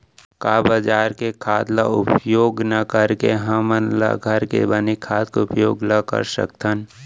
का बजार के खाद ला उपयोग न करके हमन ल घर के बने खाद के उपयोग ल कर सकथन?